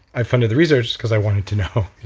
i funded the research because i wanted to know